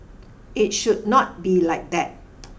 it should not be like that